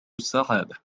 السعادة